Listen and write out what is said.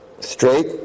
straight